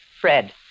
Fred